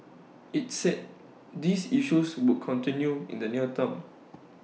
IT said these issues would continue in the near term